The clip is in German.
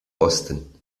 osten